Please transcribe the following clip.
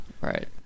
right